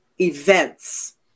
events